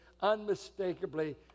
unmistakably